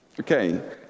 Okay